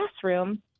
classroom